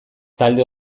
talde